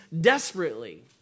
desperately